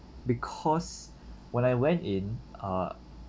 because when I went in uh